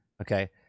okay